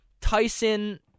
Tyson –